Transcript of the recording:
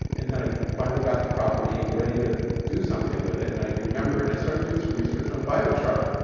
and then i finally got the property and we're ready to do something with it. and i remembered. and i started doing some research on biochar.